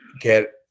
get